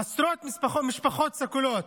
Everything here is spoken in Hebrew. עשרות משפחות שכולות?